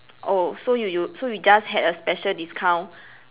oh so you you so you just had a special discount